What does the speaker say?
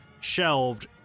shelved